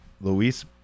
Luis